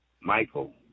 Michael